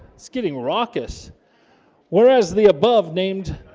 it's getting raucous whereas the above named?